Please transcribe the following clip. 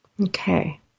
Okay